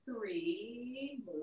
three